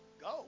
go